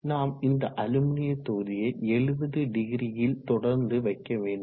நாம் இந்த அலுமினிய தொகுதியை 700 ல் தொடர்ந்து வைக்க வேண்டும்